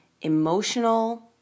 emotional